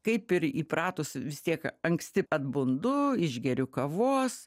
kaip ir įpratusi vis tiek anksti atbundu išgeriu kavos